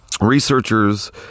Researchers